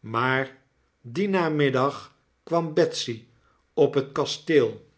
maar dien namiddag kwam betsy op het kasteel